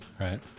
Right